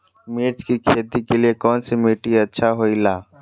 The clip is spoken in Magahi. मिर्च की खेती के लिए कौन सी मिट्टी अच्छी होईला?